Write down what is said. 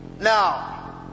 Now